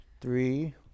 three